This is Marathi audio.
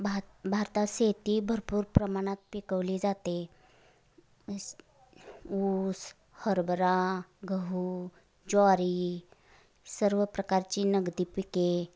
भात भारतात शेती भरपूर प्रमाणात पिकवली जाते अस ऊस हरभरा गहू ज्वारी सर्व प्रकारची नगदी पिके